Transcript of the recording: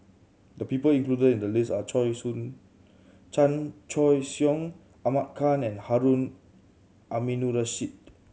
the people included in the list are Choy Soon Chan Choy Siong Ahmad Khan and Harun Aminurrashid